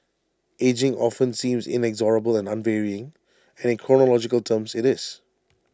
ageing often seems inexorable and unvarying and in chronological terms IT is